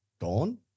gone